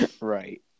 right